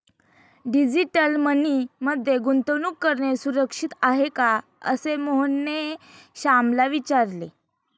digital money मध्ये गुंतवणूक करणे सुरक्षित आहे का, असे मोहनने श्यामला विचारले